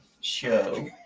show